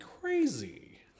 crazy